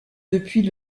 depuis